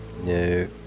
No